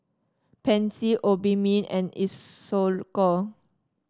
Pansy Obimin and Isocal